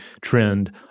trend